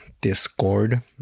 Discord